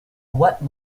wet